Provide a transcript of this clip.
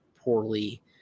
poorly